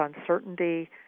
uncertainty